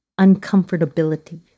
uncomfortability